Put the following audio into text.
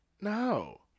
No